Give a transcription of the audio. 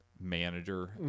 manager